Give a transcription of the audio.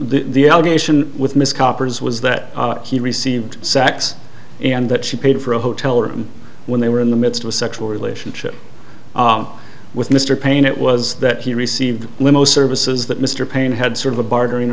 the allegation with miss coppers was that he received sacks and that she paid for a hotel room when they were in the midst of a sexual relationship with mr paine it was that he received limo services that mr paine had sort of a bartering